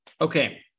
Okay